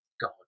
God